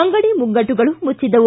ಅಂಗಡಿ ಮುಂಗಟ್ಟುಗಳು ಮುಚ್ಚಿದ್ದವು